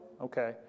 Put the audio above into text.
Okay